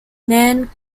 man